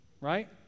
Right